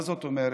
מה זאת אומרת?